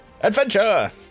Adventure